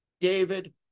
David